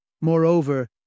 Moreover